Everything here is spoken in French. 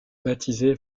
baptisée